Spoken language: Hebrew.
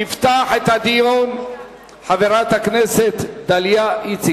תפתח את הדיון חברת הכנסת דליה איציק,